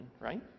right